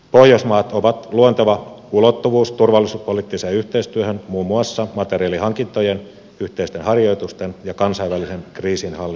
pohjoismaat ovat luonteva ulottuvuus turvallisuuspoliittiseen yhteistyöhön muun muassa materiaalihankintojen yhteisten harjoitusten ja kansainvälisen kriisinhallinnan osalta